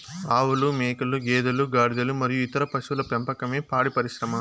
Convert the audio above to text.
ఆవులు, మేకలు, గేదెలు, గాడిదలు మరియు ఇతర పశువుల పెంపకమే పాడి పరిశ్రమ